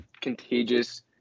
contagious